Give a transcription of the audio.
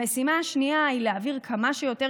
המשימה השנייה היא להעביר כמה שיותר